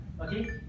Okay